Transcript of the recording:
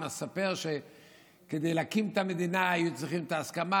אני מספר שכדי להקים את המדינה היו צריכים הסכמה